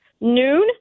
Noon